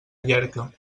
llierca